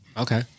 Okay